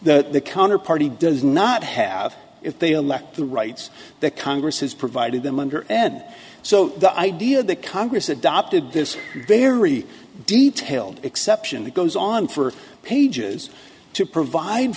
that the counterparty does not have if they elect the rights that congress has provided them under and so the idea that congress adopted this very detailed exception that goes on for pages to provide